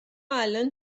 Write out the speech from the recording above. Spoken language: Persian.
الان